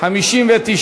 59,